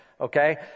okay